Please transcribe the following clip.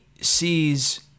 sees